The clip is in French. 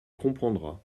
comprendra